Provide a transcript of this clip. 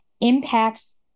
impacts